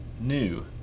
New